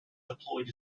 deployed